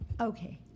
Okay